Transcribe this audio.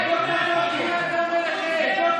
רוצח ראש הממשלה.